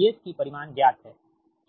VRVR VS की परिमाण ज्ञात है